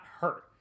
hurt